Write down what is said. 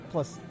Plus